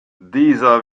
dieser